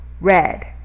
red